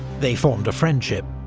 they formed a friendship,